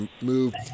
move